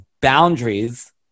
boundaries